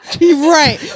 right